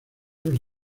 los